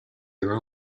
their